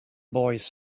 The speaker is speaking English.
boys